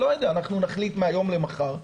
אנחנו נחליט מהיום למחר,